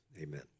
amen